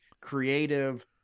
creative